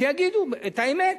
שיגידו את האמת.